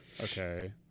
okay